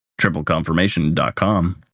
TripleConfirmation.com